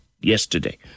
yesterday